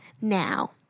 now